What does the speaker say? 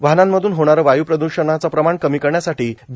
वाहनांमधून होणारं वायू प्रद्षणाचं प्रमाण कमी करण्यासाठी बी